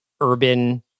urban